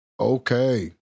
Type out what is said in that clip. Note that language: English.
Okay